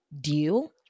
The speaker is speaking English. deal